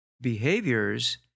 behaviors